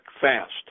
fast